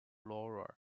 laura